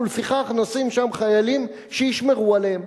ולפיכך נשים שם חיילים שישמרו עליהם,